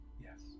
Yes